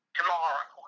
tomorrow